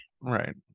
right